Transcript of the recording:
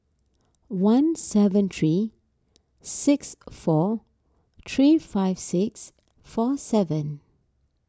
one seven three six four three five six four seven